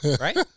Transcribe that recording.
right